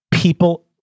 People